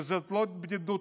וזאת לא בדידות